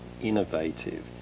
innovative